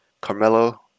Carmelo